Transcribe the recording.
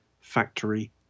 factory